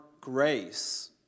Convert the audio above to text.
grace